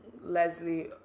leslie